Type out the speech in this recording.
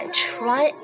try